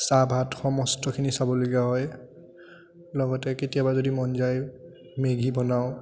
চাহ ভাত সমস্তখিনি চাবলগীয়া হয় লগতে কেতিয়াবা যদি মন যায় মেগী বনাওঁ